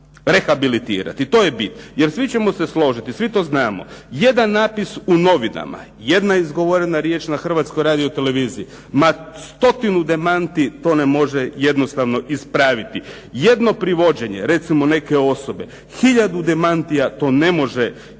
rehabilitirati? To je bit. Jer svi ćemo se složiti, svi to znamo, jedan napis u novinama, jedna izgovorena riječ na Hrvatsko radioteleviziji, ma stotinu demanti to ne može jednostavno ispraviti. Jedno privođenje, recimo neke osobe, hiljadu demantija to ne može